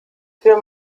für